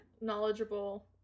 knowledgeable